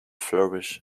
flourish